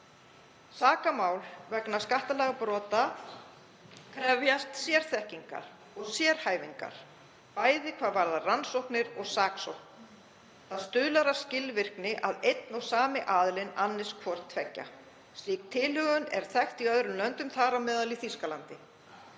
Sakamál vegna skattalagabrota krefjast sérþekkingar og sérhæfingar, bæði hvað varðar rannsóknir og saksókn. Það stuðlar að skilvirkni að einn og sami aðilinn annist hvort tveggja. Slík tilhögun er þekkt í öðrum löndum, þar á meðal í Þýskalandi.